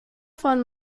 von